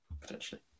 potentially